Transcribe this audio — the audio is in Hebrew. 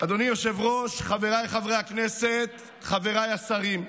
אדוני היושב-ראש, חבריי חברי הכנסת, חבריי השרים,